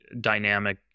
dynamic